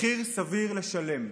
מחיר סביר לשלם.